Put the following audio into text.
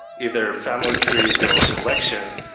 either family trees or collections,